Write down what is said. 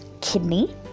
kidney